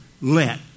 let